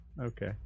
Okay